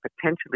potentially